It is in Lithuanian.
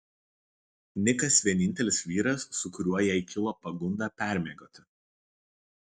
nikas vienintelis vyras su kuriuo jai kilo pagunda permiegoti